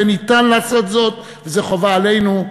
וניתן לעשות זאת וזו חובה עלינו,